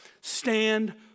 Stand